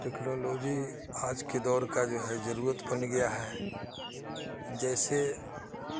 technology آج کے دور کا جو ہے ضرورت بن گیا ہے جیسے